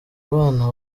bana